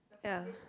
ya